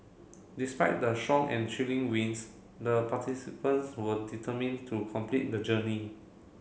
despite the strong and chilly winds the participants were determined to complete the journey